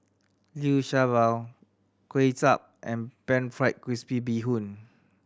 Liu Sha Bao Kuay Chap and Pan Fried Crispy Bee Hoon